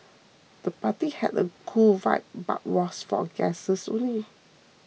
the party had a cool vibe but was for guests only